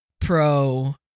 Pro